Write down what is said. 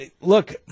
look